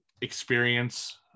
experience